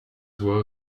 well